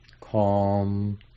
calm